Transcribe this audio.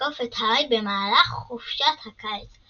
לתקוף את הארי במהלך חופשת הקיץ,